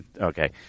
Okay